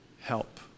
help